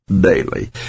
daily